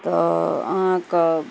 अहाँके